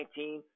2019